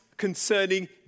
Concerning